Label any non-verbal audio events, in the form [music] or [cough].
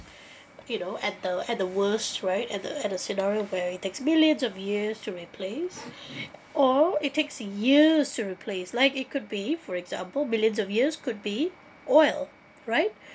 [breath] you know at the at the worst right at the at the scenario where it takes millions of years to replace [breath] or it takes years to replace like it could be for example millions of years could be oil right